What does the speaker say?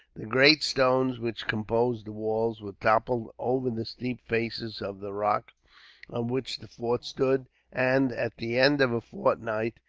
the great stones, which composed the walls, were toppled over the steep faces of the rock on which the fort stood and, at the end of a fortnight,